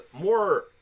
more